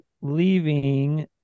leaving